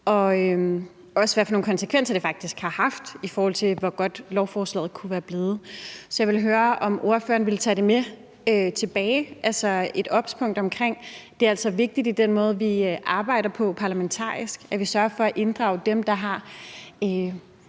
også se, hvad for nogle konsekvenser det faktisk har haft, i forhold til hvor godt lovforslaget kunne være blevet. Så jeg vil høre, om ordføreren vil tage det med tilbage og altså gøre obs på, at det er vigtigt i den måde, vi arbejder på parlamentarisk, at vi sørger for at inddrage dem, der har